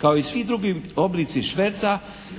kao i svi drugi oblici šverca